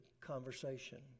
conversation